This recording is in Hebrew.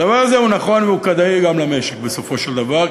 הדבר הזה הוא נכון והוא כדאי גם למשק בסופו של דבר,